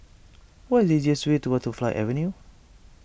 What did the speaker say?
what is the easiest way to Butterfly Avenue